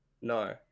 No